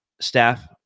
staff